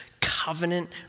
covenant